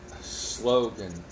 slogan